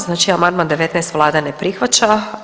Znači amandman 19 vlada ne prihvaća.